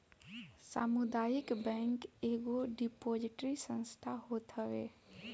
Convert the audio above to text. सामुदायिक बैंक एगो डिपोजिटरी संस्था होत हवे